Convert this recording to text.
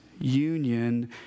union